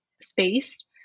space